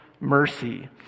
mercy